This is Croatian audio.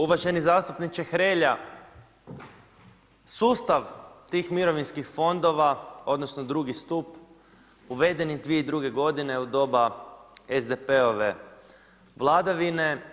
Uvaženi zastupniče Hrelja, sustav tih mirovinskih fondova odnosno drugi stup uveden je 2002. godine u doba SDP-ove vladavine.